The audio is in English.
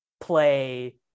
play